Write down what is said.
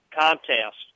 contest